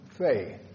faith